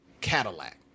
Cadillac